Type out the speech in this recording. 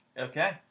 Okay